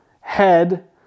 head